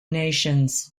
nations